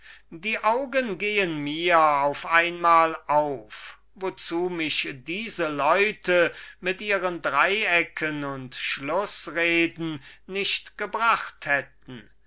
die augen gehen mir auf einmal auf wozu mich diese leute mit ihren dreiecken und schlußreden nicht gebracht hätten